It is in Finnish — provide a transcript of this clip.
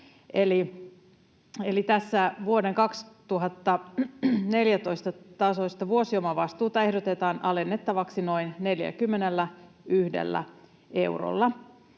vuoden 2014 tasoista vuosiomavastuuta ehdotetaan alennettavaksi noin 41 eurolla.